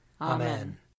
Amen